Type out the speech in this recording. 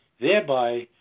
thereby